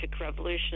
revolution